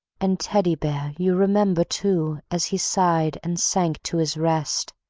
and, teddy bear! you remember, too, as he sighed and sank to his rest,